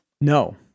No